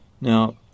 Now